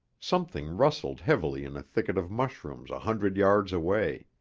something rustled heavily in a thicket of mushrooms a hundred yards away.